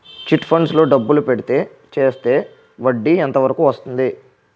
Chit funds లో డబ్బులు పెడితే చేస్తే వడ్డీ ఎంత వరకు వస్తుంది?